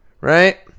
right